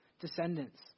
descendants